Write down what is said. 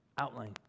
outline